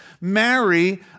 marry